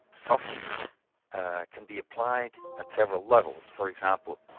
soft can be applied at several levels. for example,